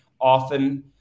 often